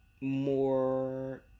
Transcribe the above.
more